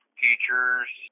teachers